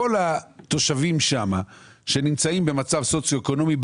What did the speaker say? כל התושבים שם שנמצאים במצב סוציואקונומי,